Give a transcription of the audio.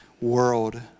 world